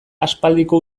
aspaldiko